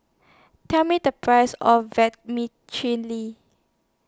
Tell Me The Price of Vermicelli